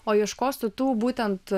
o ieškosiu tų būtent